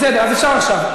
בסדר, אז אפשר עכשיו.